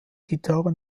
gitarre